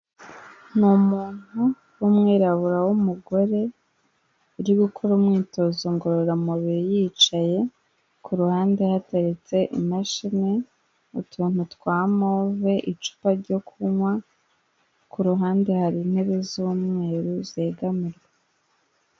Ni umuntu w'umwirabura w'umugore uri gukora imwitozo ngororamubiri yicaye, ku ruhande hateretse imashini, utuntu twa move, icupa ryo kunywa, ku ruhande hari intebe z'umweru zegamirwa.